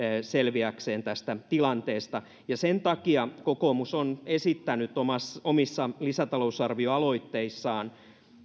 selvitäkseen tästä tilanteesta sen takia kokoomus on esittänyt omissa omissa lisätalousarvioaloitteissaan